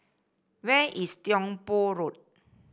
where is Tiong Poh Road